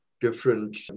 different